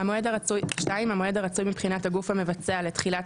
המועד הרצוי מבחינת הגוף המבצע לתחילת